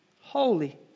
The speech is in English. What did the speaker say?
holy